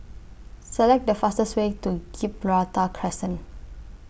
Select The fastest Way to Gibraltar Crescent